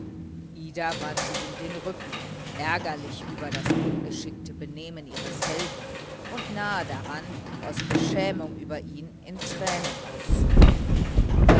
ida wandte ihm den rücken ärgerlich über das ungeschickte benehmen ihres helden und nahe daran aus beschämung über ihn in tränen auszubrechen